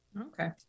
Okay